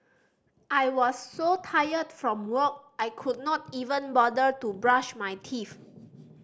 I was so tired from work I could not even bother to brush my teeth